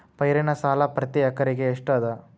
ಪೈರಿನ ಸಾಲಾ ಪ್ರತಿ ಎಕರೆಗೆ ಎಷ್ಟ ಅದ?